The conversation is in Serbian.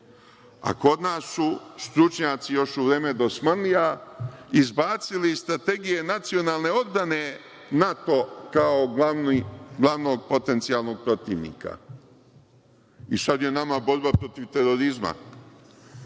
nas su stručnjaci još u vreme dosmanlija izbacili iz strategije nacionalne odbrane NATO kao glavnog potencijalnog protivnika i sad je nama borba protiv terorizma